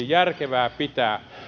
järkevää pitää